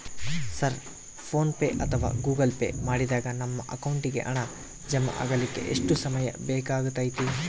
Sir PhonePe ಅಥವಾ Google Pay ಮಾಡಿದಾಗ ನಮ್ಮ ಅಕೌಂಟಿಗೆ ಹಣ ಜಮಾ ಆಗಲಿಕ್ಕೆ ಎಷ್ಟು ಸಮಯ ಬೇಕಾಗತೈತಿ?